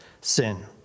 sin